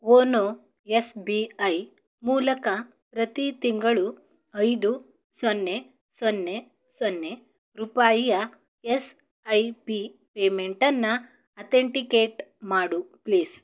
ಓನೋ S B I ಮೂಲಕ ಪ್ರತಿ ತಿಂಗಳು ಐದು ಸೊನ್ನೆ ಸೊನ್ನೆ ಸೊನ್ನೆ ರೂಪಾಯಿಯ ಎಸ್ ಐ ಪಿ ಪೇಮೆಂಟನ್ನು ಅಥೆಂಟಿಕೇಟ್ ಮಾಡು ಪ್ಲೀಸ್